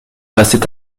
restait